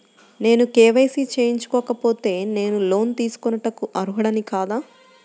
నేను కే.వై.సి చేయించుకోకపోతే నేను లోన్ తీసుకొనుటకు అర్హుడని కాదా?